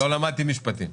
לא למדתי משפטים.